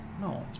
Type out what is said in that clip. No